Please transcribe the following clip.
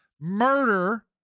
murder